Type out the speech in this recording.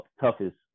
toughest